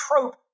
trope